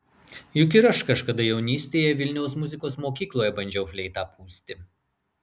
juk ir aš kažkada jaunystėje vilniaus muzikos mokykloje bandžiau fleitą pūsti